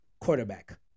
quarterback